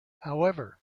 however